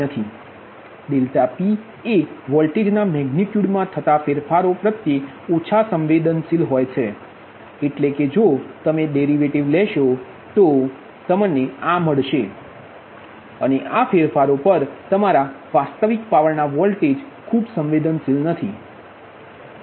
∆P એ વોલ્ટેજના મેગનિટ્યુડ માં થતા ફેરફારો પ્રત્યે ઓછા સંવેદનશીલ હોય છે એટલે કે જો તમે ડેરિવેટિવ લેશો તો P2V2p P2V3p P2Vnpમળશે અને આ ફેરફારો પર તમારા વાસ્તવિક પાવરના વોલ્ટેજ પર ખૂબ જ સંવેદનશીલ નથી